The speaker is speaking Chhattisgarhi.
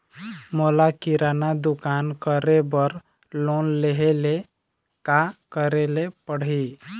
मोला किराना दुकान करे बर लोन लेहेले का करेले पड़ही?